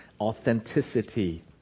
authenticity